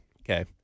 Okay